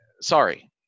sorry